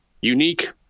unique